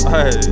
Hey